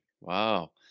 Wow